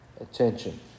attention